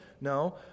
No